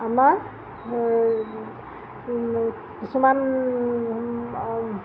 আমাৰ কিছুমান